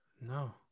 No